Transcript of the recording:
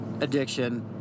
addiction